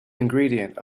ingredient